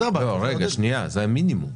לא רגע שנייה, זה מינימום.